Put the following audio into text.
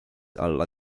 alla